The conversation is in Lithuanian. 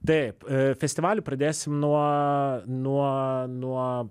taip festivalį pradėsim nuo nuo nuo